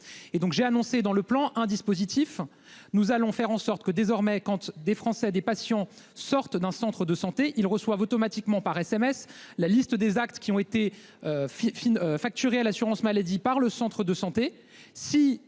et donc j'ai annoncé dans le plan un dispositif. Nous allons faire en sorte que désormais compte des Français des patients sortent d'un centre de santé, ils reçoivent automatiquement par SMS. La liste des actes qui ont été. Fifine facturés à l'assurance maladie par le Centre de santé